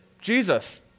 Jesus